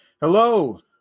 Hello